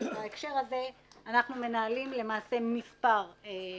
אנחנו נבדוק שאין לך כפל ביטוחים,